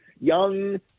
young